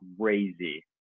crazy